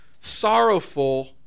sorrowful